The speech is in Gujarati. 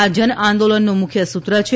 આ જનઆંદોલનનું મુખ્ય સૂત્ર છે